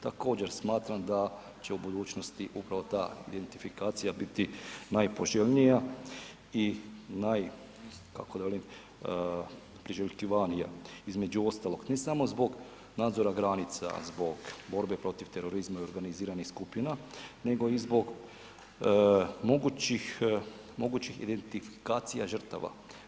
Također smatram da će u budućnosti upravo ta identifikacija biti najpoželjnija i najpriželjkivanija između ostalog ne samo zbog nadzora granica, zbog borbe protiv terorizma i organiziranih skupina nego i zbog mogućih identifikacija žrtava.